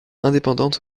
indépendantes